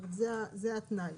זה התנאי.